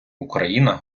україна